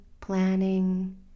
planning